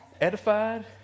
Edified